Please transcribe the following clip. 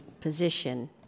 position